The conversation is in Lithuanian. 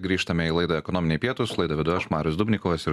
grįžtame į laidą ekonominiai pietūs laidą vedu aš marius dubnikovas ir